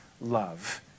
love